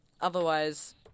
Otherwise